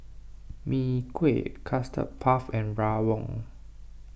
Mee Kuah Custard Puff and Rawon